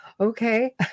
okay